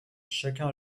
chacun